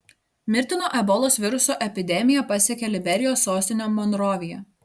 mirtino ebolos viruso epidemija pasiekė liberijos sostinę monroviją